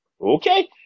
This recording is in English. Okay